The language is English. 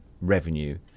revenue